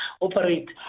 operate